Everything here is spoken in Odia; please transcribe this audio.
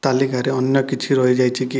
ତାଲିକାରେ ଅନ୍ୟ କିଛି ରହିଯାଇଛି କି